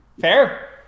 Fair